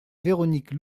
véronique